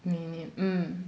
mini ah mm